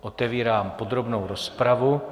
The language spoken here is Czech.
Otevírám podrobnou rozpravu.